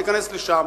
תיכנס לשם.